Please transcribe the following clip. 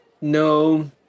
No